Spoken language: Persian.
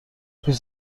پیش